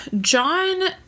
John